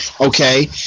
Okay